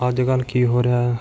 ਅੱਜ ਕੱਲ੍ਹ ਕੀ ਹੋ ਰਿਹਾ